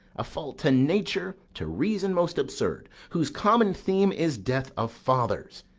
a fault to nature, to reason most absurd whose common theme is death of fathers,